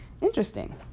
interesting